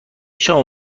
شام